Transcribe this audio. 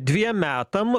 dviem metam